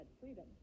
freedom